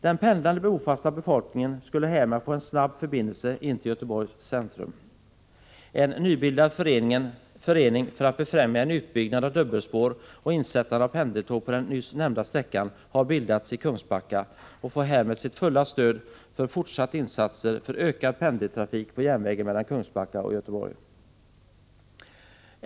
Den pendlande bofasta befolkningen skulle härmed få en snabb förbindelse in till Göteborgs centrum. En nybildad förening för att befrämja en utbyggnad av dubbelspår och insättande av pendeltåg på den nyss nämnda sträckan har bildats i Kungsbacka och får härmed sitt fulla stöd för fortsatta insatser för ökad pendeltrafik på järnvägen mellan Kungsbacka och Göteborg.